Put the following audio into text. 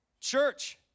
church